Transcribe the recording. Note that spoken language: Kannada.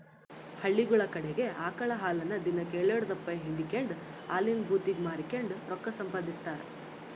ಹಳ್ಳಿಗುಳ ಕಡಿಗೆ ಆಕಳ ಹಾಲನ್ನ ದಿನಕ್ ಎಲ್ಡುದಪ್ಪ ಹಿಂಡಿಕೆಂಡು ಹಾಲಿನ ಭೂತಿಗೆ ಮಾರಿಕೆಂಡು ರೊಕ್ಕ ಸಂಪಾದಿಸ್ತಾರ